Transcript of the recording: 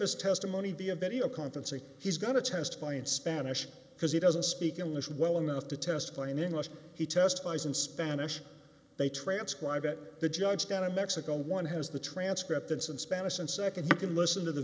his testimony via video conference and he's going to testify in spanish because he doesn't speak english well enough to testify in english he testifies in spanish they transcribe it the judge down in mexico one has the transcript instant spanish and nd you can listen to the